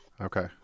Okay